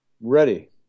ready